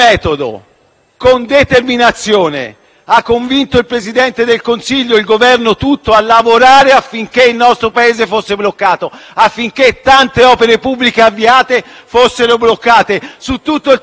ha convinto il Presidente del Consiglio e il Governo tutto a lavorare affinché il nostro Paese fosse bloccato e tante opere pubbliche, già avviate, fossero bloccate su tutto il territorio nazionale, andando